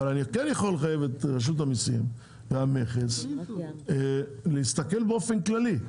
אבל אני כן יכול לחייב את רשות המסים והמכס להסתכל באופן כללי,